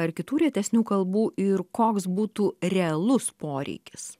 ar kitų retesnių kalbų ir koks būtų realus poreikis